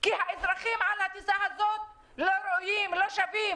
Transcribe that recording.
כי האזרחים על הטיסה הזאת לא ראויים, לא שווים.